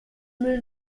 mühlen